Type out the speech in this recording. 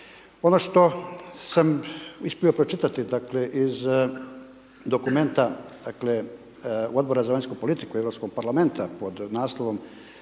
Ono što sam uspio pročitati, dakle, iz dokumenta, dakle, Odbora za vanjsku politiku Europskog Parlamenta pod naslovom